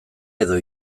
edo